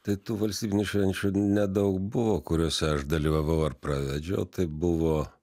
tai tų valstybinių švenčių nedaug buvo kuriose aš dalyvavau ar pravedžiau tai buvo